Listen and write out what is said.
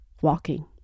walking